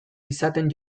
izaten